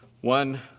One